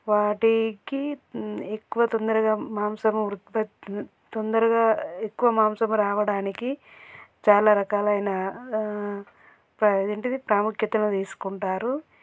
వాటికి ఎక్కువ తొందరగా మాంసం రుత్పతున్ తొందరగా ఎక్కువ మాంసం రావడానికి చాలా రకాలైన ప్ర ఇదేంటిది ప్రాముఖ్యతను తీసుకుంటారు